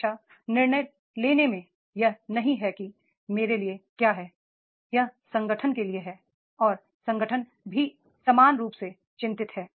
हमेशा निर्णय लेने में यह नहीं है कि मेरे लिए क्या है यह संगठन के लिए है और संगठन भी समान रूप से चिं तित है